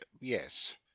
Yes